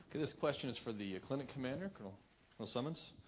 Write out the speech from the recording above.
this question is for the clinic commander cool well summons